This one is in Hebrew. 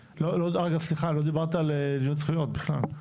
אגב, סליחה, לא דיברת על ניוד זכויות בכלל.